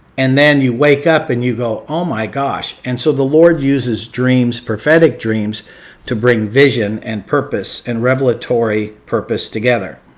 and then you wake up and you go, oh, my gosh. and so the lord uses dreams, prophetic dreams to bring vision and purpose and revelatory purpose together.